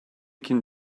can